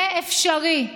זה אפשרי.